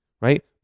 right